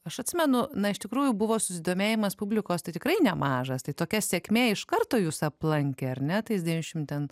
aš atsimenu na iš tikrųjų buvo susidomėjimas publikos tai tikrai nemažas tai tokia sėkmė iš karto jus aplankė ar ne tais devyniasdešim ten